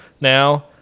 now